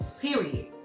Period